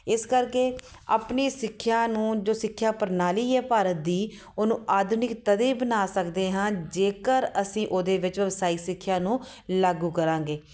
ਇਸ ਕਰਕੇ ਆਪਣੀ ਸਿੱਖਿਆ ਨੂੰ ਜੋ ਸਿੱਖਿਆ ਪ੍ਰਣਾਲੀ ਹੈ ਭਾਰਤ ਦੀ ਉਹਨੂੰ ਆਧੁਨਿਕ ਤਦੇ ਬਣਾ ਸਕਦੇ ਹਾਂ ਜੇਕਰ ਅਸੀਂ ਉਹਦੇ ਵਿੱਚ ਵਿਵਸਾਇਕ ਸਿੱਖਿਆ ਨੂੰ ਲਾਗੂ ਕਰਾਂਗੇ